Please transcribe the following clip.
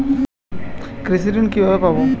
কৃষি ঋন কিভাবে পাব?